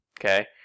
okay